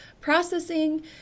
processing